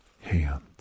hands